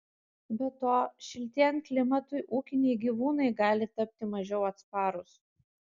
be to šiltėjant klimatui ūkiniai gyvūnai gali tapti mažiau atsparūs